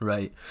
Right